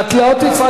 את לא תצעקי.